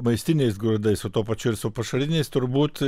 maistiniais grūdais o tuo pačiu ir su pašariniais turbūt